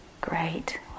great